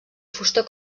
fusta